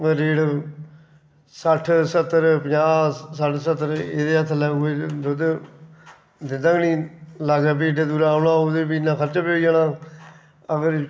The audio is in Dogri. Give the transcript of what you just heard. रेट सट्ठ सत्तर पंजाह् सट्ठ सत्तर एह्दे शा थल्लै कोई दुद्ध दिंदा गै नेईं लाग्गै फ्ही एड्डे दूरा औना होग ओह्दे पर इन्ना खर्चा बी होई जाना अगर